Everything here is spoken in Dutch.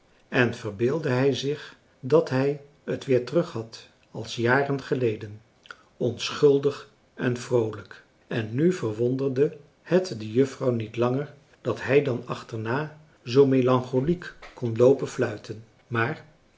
en verbeeldde hij zich dat hij het weer terug had als jaren geleden onschuldig en vroolijk en nu verwonderde het de juffrouw niet langer dat hij dan achterna zoo melankoliek kon loopen fluiten maar